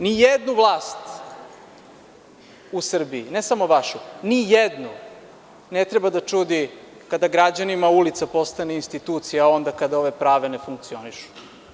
Ni jednu vlast u Srbiji, ne samo vašu, ni jednu ne treba da čudi kada građanima ulica postane institucija onda kada ove prave ne funkcionišu.